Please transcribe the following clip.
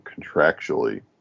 contractually